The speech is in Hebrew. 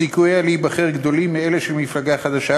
סיכוייה להיבחר גדולים מאלה של מפלגה חדשה,